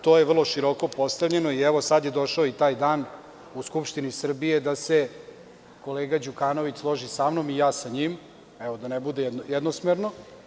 To je vrlo široko postavljeno i evo, sada je došao i taj dan u Skupštini Srbije da se kolega Đukanović složio sa mnom i ja sa njim, da ne bude jednosmerno.